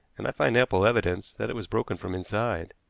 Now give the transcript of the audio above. and i find ample evidence that it was broken from inside.